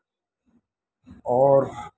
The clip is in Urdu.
اور